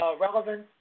relevant